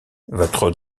votre